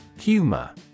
Humor